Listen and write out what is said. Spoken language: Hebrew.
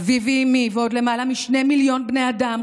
אבי ואימי ועוד למעלה משני מיליון בני אדם,